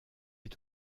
est